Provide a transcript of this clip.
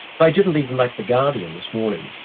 they didn't even make the guardian this morning.